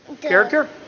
Character